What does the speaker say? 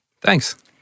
Thanks